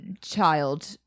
child